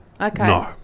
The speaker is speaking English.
Okay